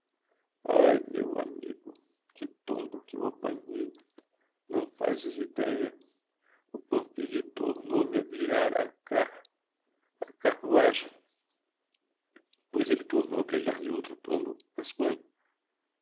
ai meu amigo que tombo que eu apanhei não fazes ideia o pamphili tornou me a virar a car a carruagem pois elle tornou a pregar-lhe outro tombo mas quando